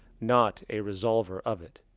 not a resolver of it.